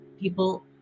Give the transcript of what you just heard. people